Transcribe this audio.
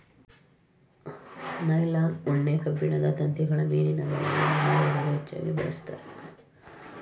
nylon, ಉಣ್ಣೆ, ಕಬ್ಬಿಣದ ತಂತಿಗಳು ಮೀನಿನ ಬಲೆಗೆ ಮೀನುಗಾರರು ಹೆಚ್ಚಾಗಿ ಬಳಸ್ತರೆ